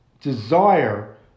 desire